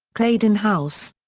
claydon house.